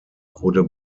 wurde